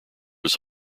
was